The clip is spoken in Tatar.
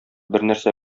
бернәрсә